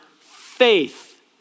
faith